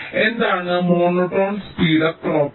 എന്താണ് monotone speed up property